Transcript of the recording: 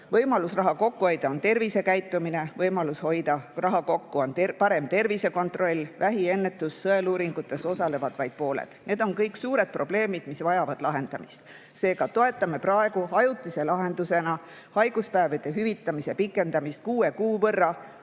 Võimalus raha kokku hoida on parem tervisekäitumine, võimalus raha kokku hoida on parem tervisekontroll. Vähiennetuse sõeluuringutes osalevad vaid pooled. Need on kõik suured probleemid, mis vajavad lahendamist. Seega, toetame praegu ajutise lahendusena haiguspäevade hüvitamise pikendamist kuue kuu võrra,